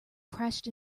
crashed